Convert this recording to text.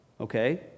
okay